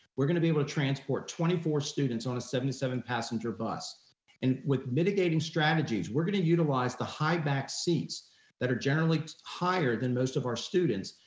we're gonna be able to transport twenty four students on a seventy seven passenger bus and with mitigating strategies, we're gonna utilize the high back seats that are generally higher than most of our students,